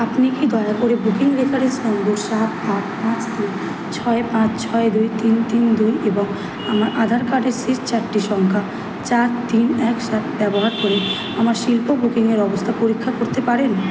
আপনি কি দয়া করে বুকিং রেফারেন্স নম্বর সাত আট পাঁচ তিন ছয় পাঁচ ছয় দুই তিন তিন দুই এবং আমার আধার কার্ডের শেষ চারটি সংখ্যা চার তিন এক সাত ব্যবহার করে আমার শিল্প বুকিংয়ের অবস্থা পরীক্ষা করতে পারেন